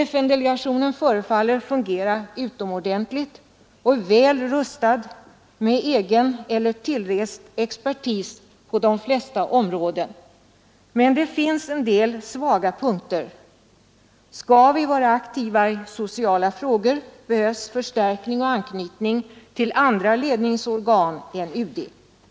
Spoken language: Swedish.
FN-delegationen förefaller fungera utomordentligt och är väl rustad med egen eller tillrest expertis på de flesta områden. Men det finns en del svaga punkter. Skall vi vara aktiva i sociala frågor behövs förstärkning med anknytning till andra ledningsorgan än UD.